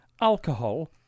alcohol